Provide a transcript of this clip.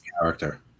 character